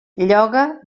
lloga